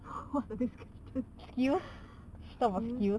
what's the next questions